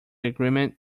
agreement